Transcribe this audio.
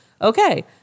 okay